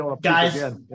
Guys